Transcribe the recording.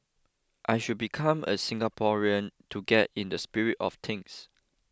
I should become a Singaporean to get in the spirit of things